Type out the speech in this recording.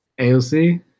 AOC